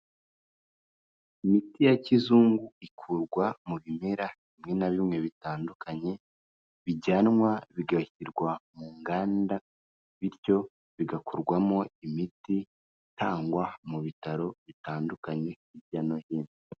Imiti ya kizungu ikurwa mu bimera bimwe na bimwe bitandukanye bijyanwa bigashyirwa mu nganda, bityo bigakorwamo imiti itangwa mu bitaro bitandukanye hirya no hino.